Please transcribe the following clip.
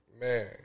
Man